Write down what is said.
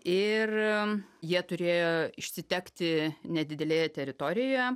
ir jie turėjo išsitekti nedidelėje teritorijoje